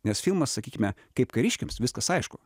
nes filmas sakykime kaip kariškiams viskas aišku